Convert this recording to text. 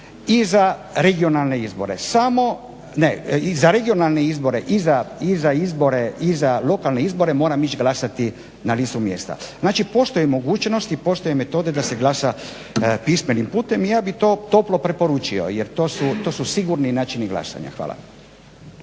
i za regionalne izbore. Samo za lokalne izbore moram ići glasati na licu mjesta. Znači, postoje mogućnosti, postoje metode da se glasa pismenim putem i ja bih to toplo preporučio jer to su sigurni načini glasanja. Hvala.